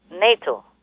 NATO